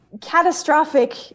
catastrophic